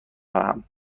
خواهم